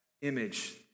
image